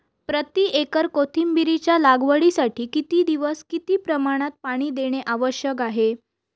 प्रति एकर कोथिंबिरीच्या लागवडीसाठी किती दिवस किती प्रमाणात पाणी देणे आवश्यक आहे?